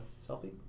selfie